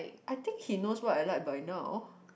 I think he know what I like by now